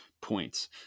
points